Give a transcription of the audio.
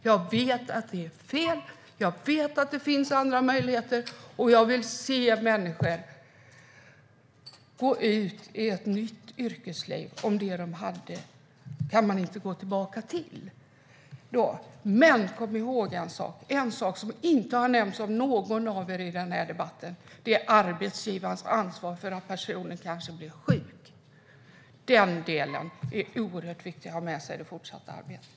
Jag vet att det är fel, jag vet att det finns andra möjligheter och jag vill se människor gå ut i ett nytt yrkesliv om de inte kan gå tillbaka till det de hade. Men kom ihåg en sak, som inte har nämnts av någon i denna debatt, nämligen arbetsgivarens ansvar för att personer kanske blir sjuka. Den delen är oerhört viktig att ha med sig i det fortsatta arbetet.